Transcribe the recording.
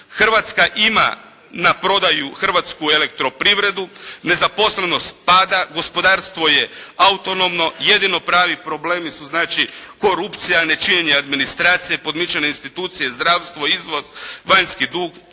Hrvatska ima na prodaju hrvatsku elektroprivredu, nezaposlenost pada, gospodarstvo je autonomno, jedino pravi problemi su znači korupcija, nečinjenje administracije, podmićene institucije, zdravstvo, izvoz, vanjski dug,